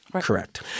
Correct